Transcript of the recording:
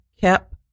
kept